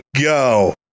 go